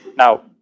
Now